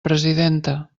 presidenta